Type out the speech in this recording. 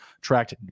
tracked